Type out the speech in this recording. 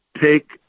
take